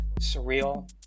surreal